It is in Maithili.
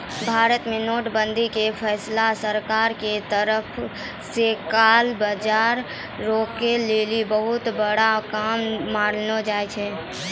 भारत मे नोट बंदी के फैसला सरकारो के तरफो से काला बजार रोकै लेली बहुते बड़का काम मानलो जाय छै